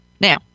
Now